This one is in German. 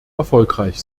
erfolgreich